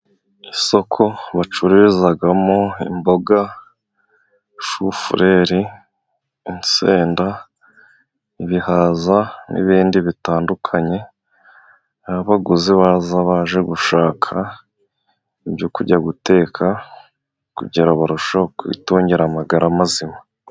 Isoko bacururizamo imboga, shufureri, inseda, ibihaza n'ibindi bitandukanye, aho abaguzi baza baje gushaka ibyo kujya guteka, kugira barusheho kwitongira amagara mazima.